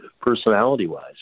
personality-wise